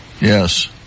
Yes